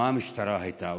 מה המשטרה הייתה עושה?